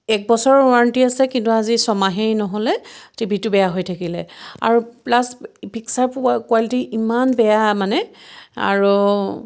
এক বছৰৰ ৱাৰেণ্টী আছে কিন্তু আজি ছমাহেই নহ'লে টিভিটো বেয়া হৈ থাকিলে আৰু প্লাছ পিকচাৰ কোৱা কোৱালিটি ইমান বেয়া মানে আৰু